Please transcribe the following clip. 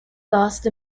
lost